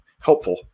helpful